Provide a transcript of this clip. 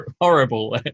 horrible